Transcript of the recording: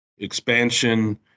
expansion